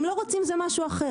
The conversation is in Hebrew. אם לא רוצים זה משהו אחר.